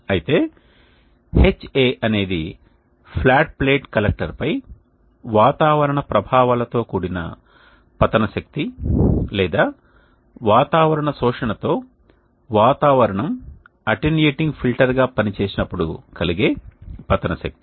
అయితే Ha అనేది flat plate కలెక్టర్పై వాతావరణ ప్రభావాలతో కూడిన పతన శక్తి లేదా వాతావరణ శోషణతో వాతావరణం అటెన్యూయేటింగ్ ఫిల్టర్గా పనిచేసినప్పుడు కలిగే పతన శక్తి